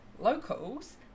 locals